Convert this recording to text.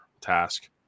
Task